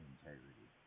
Integrity